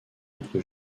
entre